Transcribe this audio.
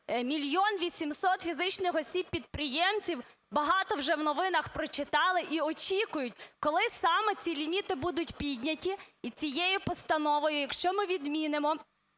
мільйон вісімсот фізичних осіб-підприємців багато вже в новинах прочитали і очікують, коли саме ці ліміти будуть підняті. І цією постановою якщо ми відмінимо